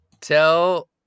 tell